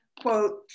quote